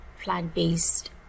plant-based